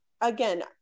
again